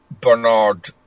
Bernard